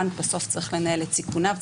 בנק בסוף צריך לנהל את סיכוניו,